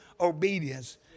obedience